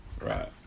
Right